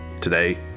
Today